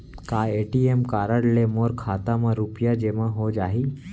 का ATM card ले मोर खाता म रुपिया जेमा हो जाही?